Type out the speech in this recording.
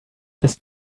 this